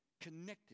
connected